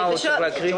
המחויבים,